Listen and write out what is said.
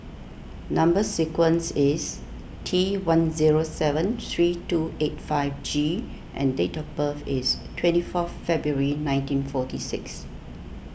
Number Sequence is T one zero seven three two eight five G and date of birth is twenty fourth February nineteen forty six